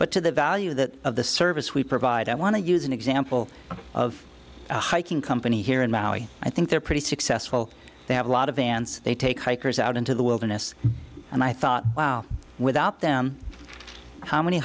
but to the value that of the service we provide i want to use an example of a hiking company here in maui i think they're pretty successful they have a lot of vans they take hikers out into the wilderness and i thought wow without them how many